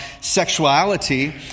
sexuality